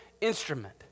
instrument